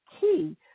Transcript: key